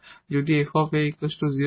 যদি 𝑓 𝑎 0 হয়